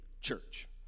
church